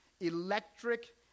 electric